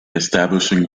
establishing